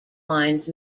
wines